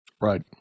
Right